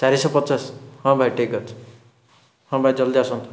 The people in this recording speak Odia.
ଚାରିଶହ ପଚାଶ ହଁ ଭାଇ ଠିକଅଛି ହଁ ଭାଇ ଜଲ୍ଦି ଆସନ୍ତୁ